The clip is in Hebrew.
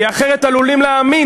כי אחרת עלולים להאמין.